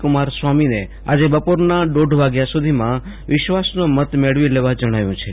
કમારસ્વામીને આજે બપોરના દોઢ વાગ્યા સુધોમાં વિશ્વાસનો મત મેળવી લેવા જણાવ્યું છે